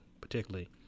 particularly